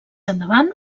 endavant